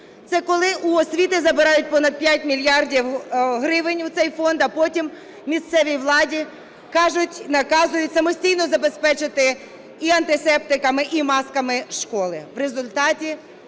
Це коли у освіти забирають понад 5 мільярдів гривень у цей фонд, а потім місцевій владі кажуть, наказують самостійно забезпечити і антисептиками, і масками школи.